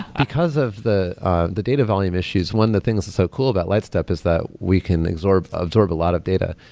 because of the ah the data volume issues, one the thing that's so cool about lightstep is that we can absorb absorb a lot of data.